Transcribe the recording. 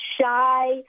shy